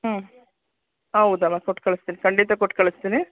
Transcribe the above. ಹ್ಞೂ ಹೌದಮ್ಮ ಕೊಟ್ಟು ಕಳ್ಸ್ತೀನಿ ಖಂಡಿತ ಕೊಟ್ಟು ಕಳಿಸ್ತೀನಿ